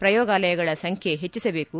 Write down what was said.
ಪ್ರಯೋಗಾಲಯಗಳ ಸಂಬ್ಕೆ ಹೆಚ್ಚಿಸಬೇಕು